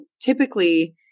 typically